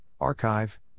archive